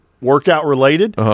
workout-related